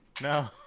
No